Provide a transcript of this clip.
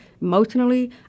emotionally